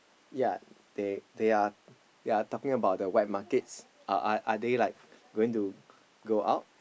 yea they they are they are talking about the wet markets are are they like going to go out